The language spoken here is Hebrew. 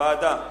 ועדה.